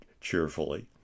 cheerfully